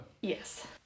Yes